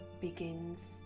begins